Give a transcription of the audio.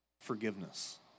forgiveness